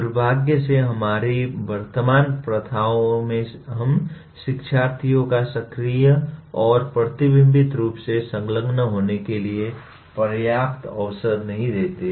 दुर्भाग्य से हमारी वर्तमान प्रथाओं में हम शिक्षार्थियों को सक्रिय और प्रतिबिंबित रूप से संलग्न होने के लिए पर्याप्त अवसर नहीं देते हैं